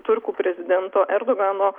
turkų prezidento erdogano